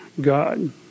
God